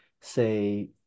say